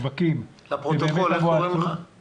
השאלה שלך היא לגבי השווקים ושם יש וטרינרים שמועסקים על ידי